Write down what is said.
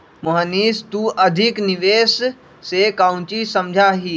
मोहनीश तू अधिक निवेश से काउची समझा ही?